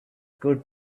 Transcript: good